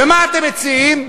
ומה אתם מציעים?